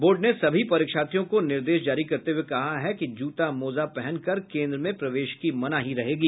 board ने सभी परीक्षार्थियों को निर्देश जारी करते हुये कहा है कि जूता मोजा पहन कर केन्द्र में प्रवेश की मनाही रहेगी